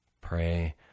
Pray